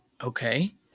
Okay